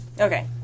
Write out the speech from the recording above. Okay